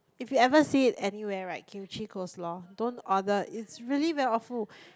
if you ever see it anywhere right Kimchi coleslaw don't order it's really very awful